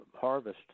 harvest